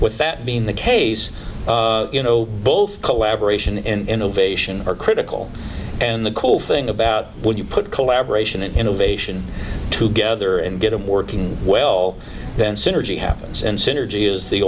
with that being the case you know both collaboration and ovation are critical and the cool thing about when you put collaboration and innovation to gether and get it working well then synergy happens and synergy is the